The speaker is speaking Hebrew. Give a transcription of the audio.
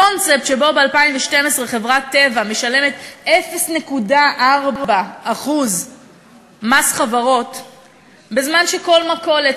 הקונספט שבו ב-2012 חברת "טבע" משלמת 0.4% מס חברות בזמן שכל מכולת,